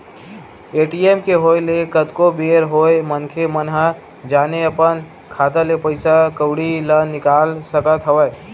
ATM के होय ले कतको बेर होय मनखे मन ह जाके अपन खाता ले पइसा कउड़ी ल निकाल सकत हवय